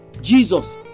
Jesus